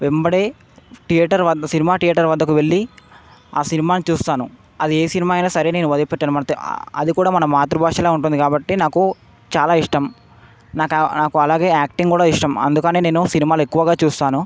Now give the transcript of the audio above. వెంటనే థియేటర్ వద్ద cinema theatre వద్దకు వెళ్ళి ఆ సినిమాను చూస్తాను అది ఏ సినిమా అయినా సరే నేను వదిలిపెట్టను మన తే అదికూడా మన మాతృభాషలా ఉంటుంది కాబట్టి నాకు చాలా ఇష్టం నాకా నాకు అలాగే యాక్టింగ్ కూడా ఇష్టం అందుకనే నేను సినిమాలు ఎక్కువగా చూస్తాను